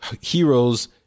Heroes